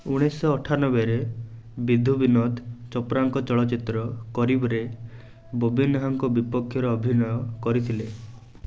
ଉଣେଇଶ ଶହ ଅଠାନବେରେ ବିଧୁ ବିନୋଦ ଚୋପ୍ରାଙ୍କ ଚଳଚ୍ଚିତ୍ର 'କରୀବ'ରେ ବବି ନେହାଙ୍କ ବିପକ୍ଷରେ ଅଭିନୟ କରିଥିଲେ